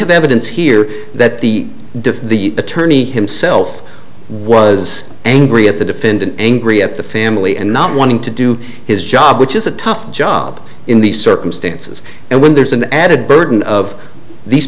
have evidence here that the diff the attorney himself was angry at the defendant angry at the family and not wanting to do his job which is a tough job in these circumstances and when there's an added burden of these